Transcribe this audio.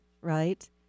right